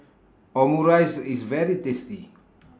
Omurice IS very tasty